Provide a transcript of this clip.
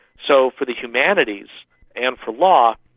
so for the humanities and for law,